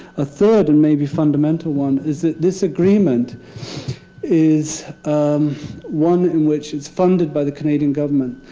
a third and maybe fundamental one is that this agreement is um one in which it's funded by the canadian government.